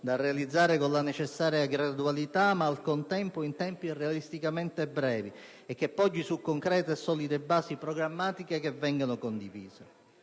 da realizzare con la necessaria gradualità, ma al contempo in tempi realisticamente brevi, e che poggi su concrete e solide basi programmatiche che vengano condivise.